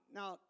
now